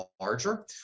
larger